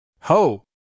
Ho